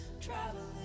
Traveling